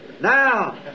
now